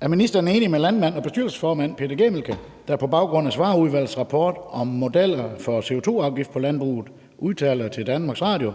Er ministeren enig med landmand og bestyrelsesformand Peter Gæmelke, der på baggrund af Svarerudvalgets rapport om modeller for en CO2-afgift på landbruget udtaler til DR: